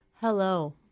Hello